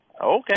Okay